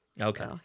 Okay